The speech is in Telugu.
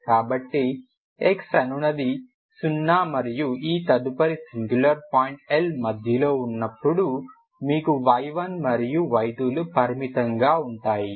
కాబట్టి x అనునది 0 మరియు ఈ తదుపరి సింగులర్ పాయింట్ L మధ్యలో ఉన్నప్పుడు మీకు y1 మరియు y2లు పరిమితంగా ఉంటాయి